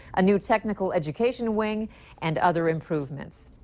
a new technical education wing and other improvements.